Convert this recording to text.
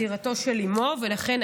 גם